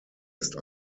ist